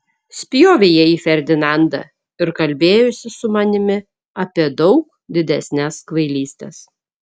spjovė jie į ferdinandą ir kalbėjosi su manimi apie daug didesnes kvailystes